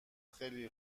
خیلی